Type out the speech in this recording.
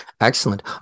Excellent